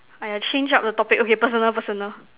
!aiya! change up the topic okay personal personal